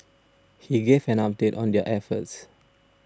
he gave an update on their efforts